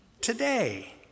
today